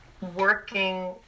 working